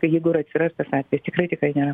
tai jeigu ir atsiras tas atvejis tikrai tikrai nėra